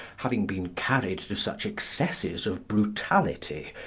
having been carried to such excesses of brutality,